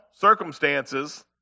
circumstances